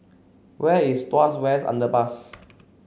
where is Tuas West Underpass